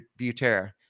Butera